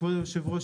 כבוד היושב-ראש,